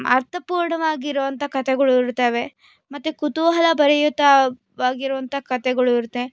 ಅರ್ಥಪೂರ್ಣವಾಗಿರುವಂಥ ಕಥೆಗಳು ಇರುತ್ತವೆ ಮತ್ತು ಕುತೂಹಲ ಭರಿತವಾಗಿರುವಂಥ ಕಥೆಗಳು ಇರುತ್ತೆ